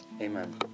Amen